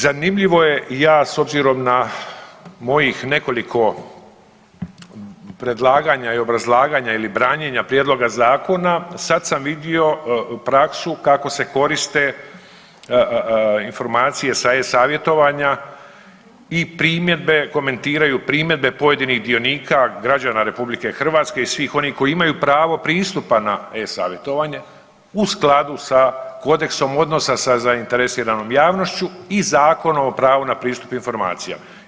Zanimljivo je i ja s obzirom na mojih nekoliko predlaganja i obrazlaganja ili branjenja prijedloga zakona sad sam vidio praksu kako se koriste informacije sa e-savjetovanja i primjedbe komentiraju primjedbe pojedinih dionika građana RH i svih onih koji imaju pravo pristupa na e-savjetovanje u skladu sa kodeksom odnosa sa zainteresiranom javnošću i Zakonom o pravu na pristup informacija.